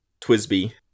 Twisby